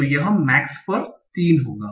तो यह max पर 3 होगा